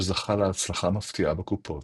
שזכה להצלחה מפתיעה בקופות.